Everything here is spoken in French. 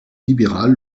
libéral